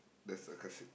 there's a casi~